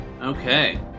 Okay